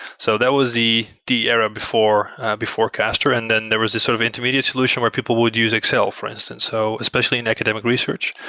so that was the the era before before castor. and then there was this sort of intermediate solution, where people would use excel for instance, so especially in academic research.